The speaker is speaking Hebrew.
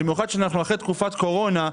במיוחד שאנחנו אחרי לתקופת קורונה,